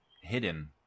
hidden